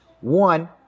One